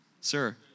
Sir